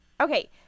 Okay